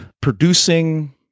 producing